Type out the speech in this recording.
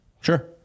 Sure